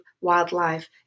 wildlife